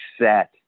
set